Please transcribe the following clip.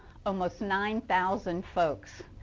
almost nine thousand folks.